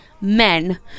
men